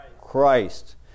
Christ